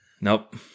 Nope